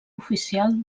oficial